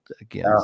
again